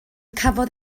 cafodd